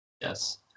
Yes